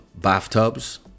bathtubs